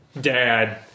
dad